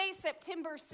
September